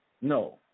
No